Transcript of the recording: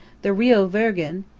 the rio virgen,